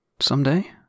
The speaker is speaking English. Someday